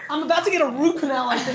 i'm about to get a root canal i